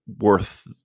worth –